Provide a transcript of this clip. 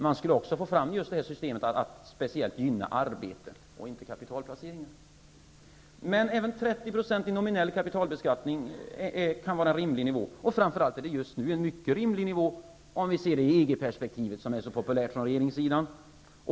Man skulle också få systemet att speciellt gynna arbete och inte kapitalplaceringar. Men även 30 % i nominell kapitalbeskattning kan vara en rimlig nivå. Framför allt är det just nu en mycket rimlig nivå, om vi ser det i EG-perspektivet, som är så populärt från regeringssidan.